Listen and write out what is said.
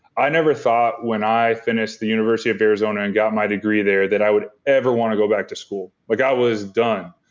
i never thought when i finished the university of arizona and got my degree there that i would ever want to go back to school. like i was done.